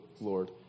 Lord